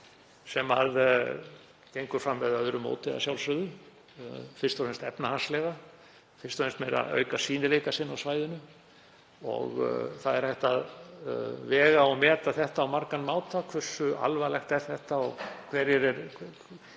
sem gengur fram með öðru móti að sjálfsögðu, fyrst og fremst efnahagslega, er fyrst og fremst að auka sýnileika sinn á svæðinu. Það er hægt að vega og meta þetta á margan máta. Hversu alvarlegt er þetta og hverjir eru